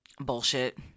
Bullshit